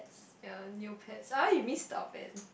ye new pets ah you missed out man